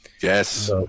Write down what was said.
Yes